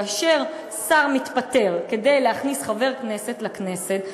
כאשר שר מתפטר כדי להכניס חבר כנסת לכנסת,